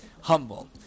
humble